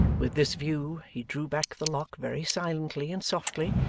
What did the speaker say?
with this view, he drew back the lock very silently and softly,